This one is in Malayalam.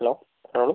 ഹലോ പറഞ്ഞോളൂ